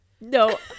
No